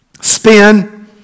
spin